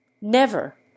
Never